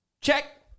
Check